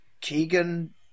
Keegan